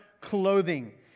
clothing